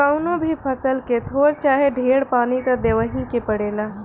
कवनो भी फसल के थोर चाहे ढेर पानी त देबही के पड़ेला